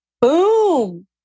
Boom